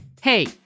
Hey